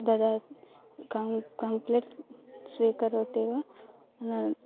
ददाति किं कम्प्लेट् स्वीकरोत्येव न